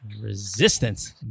resistance